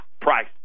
price